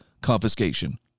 confiscation